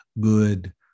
good